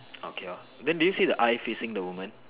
okay lor then do you see the eye facing the woman